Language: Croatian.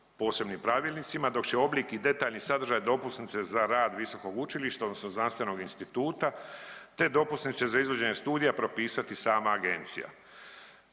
posebnim pravilnicima, dok će oblik i detaljni sadržaj dopusnice za rad visokog učilišta odnosno znanstvenog instituta te dopusnice za izvođenje studija propisati sama Agencija.